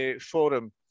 forum